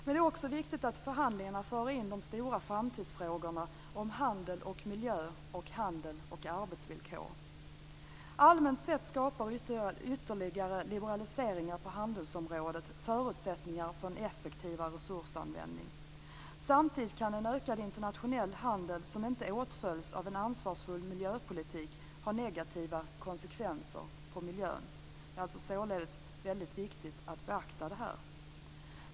Det är också viktigt att i förhandlingarna föra in de stora framtidsfrågorna om handel och miljö och handel och arbetsvillkor. Allmänt sett skapar ytterligare liberaliseringar på handelsområdet förutsättningar för en effektivare resursanvändning. Samtidigt kan en ökad internationell handel som inte åtföljs av en ansvarsfull miljöpolitik ha negativa konsekvenser på miljön. Det är således väldigt viktigt att beakta detta.